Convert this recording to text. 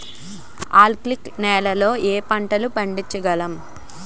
ఆల్కాలిక్ నెలలో ఏ పంటలు పండించగలము?